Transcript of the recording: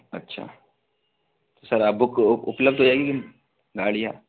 अच्छा सर आप बुक उप उपलब्ध हो जाएगी गाड़ियाँ